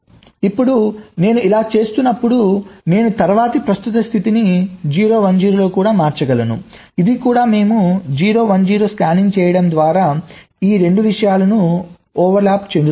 ఇప్పుడు నేను ఇలా చేస్తున్నప్పుడు నేను తరువాతి ప్రస్తుత స్థితి 0 1 0 లో కూడా మార్చగలను ఇది కూడా మేము 0 1 0 స్కానింగ్ చేయడం ద్వారా ద్వారా ఈ 2 విషయాలు అతివ్యాప్తి చెందుతున్నాయి